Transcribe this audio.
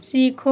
सीखो